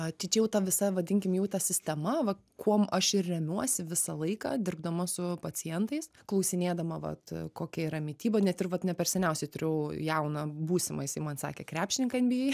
atidžiau ta visa vadinkim jų ta sistema va kuom aš ir remiuosi visą laiką dirbdama su pacientais klausinėdama vat kokia yra mityba net ir vat ne per seniausiai turėjau jauną būsimą jisai man sakė krepšininką nba